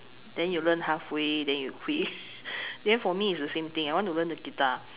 then you learn halfway then you quit then for me is the same thing I want to learn the guitar